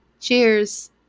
Cheers